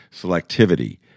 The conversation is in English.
selectivity